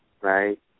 right